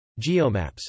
Geomaps